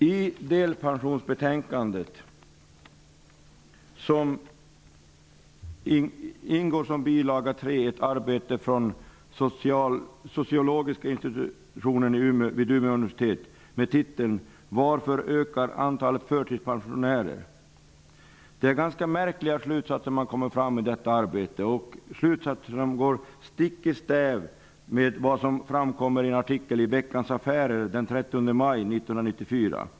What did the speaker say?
I delpensionsbetänkandet ingår såsom bilaga 3 ett arbete från Sociologiska institutionen vid Umeå universitet med titeln Varför ökar antalet förtidspensionärer? Man kommer i detta arbete fram till ganska märkliga slutsatser. De går stick i stäv med en artikel i Veckans Affärer den 13 maj 1994.